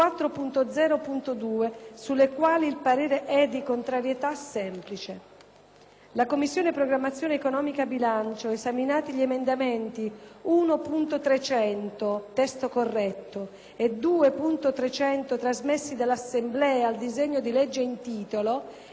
«La Commissione programmazione economica, bilancio, esaminati gli emendamenti 1.300 (testo corretto) e 2.300 trasmessi dall'Assemblea al disegno di legge in titolo, esprime, per quanto di propria competenza, parere non ostativo».